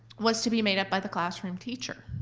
was to be made up by the classroom teacher.